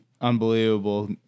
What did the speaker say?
unbelievable